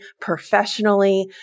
professionally